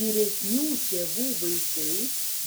vyresnių tėvų vaikai